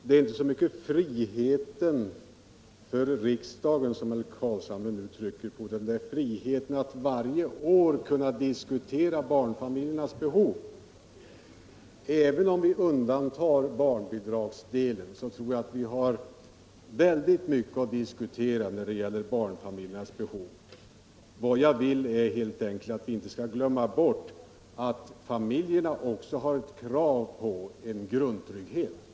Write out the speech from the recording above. Det är inte så mycket friheten för riksdagen som herr Carlshamre nu trycker på, utan det är friheten att varje år kunna diskutera barnfamiljernas behov. Även om vi undantar barnbidragsdelen tror jag att vi har väldigt mycket att diskutera när det gäller barnfamiljernas behov. Vad jag vill är helt enkelt att vi inte skall glömma bort att familjerna också har ett krav på en grundtrygghet.